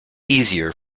easier